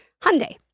Hyundai